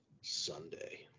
Sunday